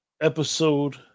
Episode